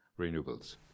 renewables